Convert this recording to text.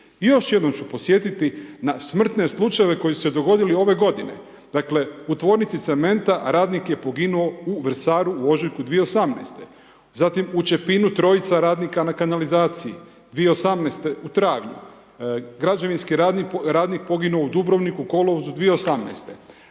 Još jednom podsjetiti na smrtne slučajeve koje su se dogodili ove g. Dakle, u tvornici cementa radnik je poginuo u Vrsaru u ožujku 2018. zatim u Čepinu trojica radnika na kanalizacija, 2018. u travnju, građevinski radnik poginuo u Dubrovniku u kolovozu 2018.